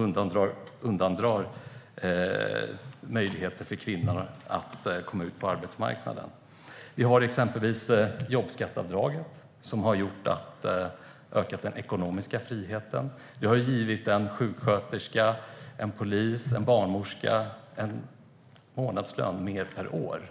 Därmed undandrar de möjligheter för kvinnor att komma ut på arbetsmarknaden. Vi har exempelvis jobbskatteavdraget, som har ökat den ekonomiska friheten. Det har gett till exempel en sjuksköterska, en polis och en barnmorska en månadslön mer per år,